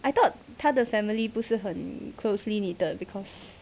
I thought 他的 family 不是很 closely knitted because